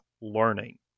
learning